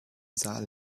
saal